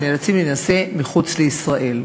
והם נאלצים להינשא מחוץ לישראל.